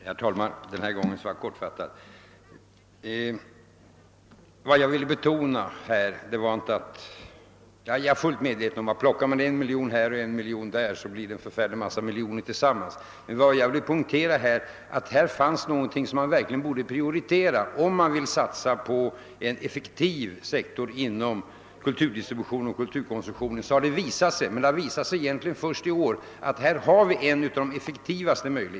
Herr talman! Denna gång skall jag fatta mig kort. Jag är fullt medveten om att om man plockar en miljon här och en där blir det tillsammans många miljoner. Vad jag ville poängtera var att här finns något som vi verkligen bör prioritera om vi ville satsa på en effektiv sektor inom kulturdistributionen och kulturkonsumtionen. Det har visat sig — men det har blivit tydligt först i år att vi här har en av de effektivaste vägarna.